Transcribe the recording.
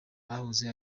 ahahoze